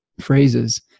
phrases